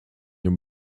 your